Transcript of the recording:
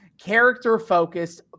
character-focused